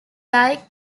like